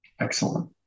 excellent